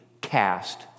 cast